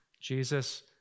Jesus